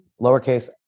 lowercase